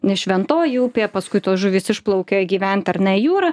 nes šventoji upė paskui tos žuvys išplaukė gyvent ar ne į jūrą